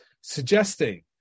suggesting